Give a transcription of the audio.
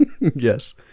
Yes